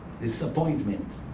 disappointment